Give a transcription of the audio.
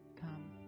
come